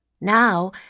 Now